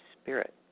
spirit